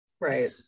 Right